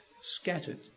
scattered